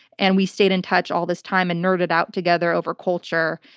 and we stayed in touch all this time and nerded out together over culture.